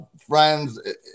friends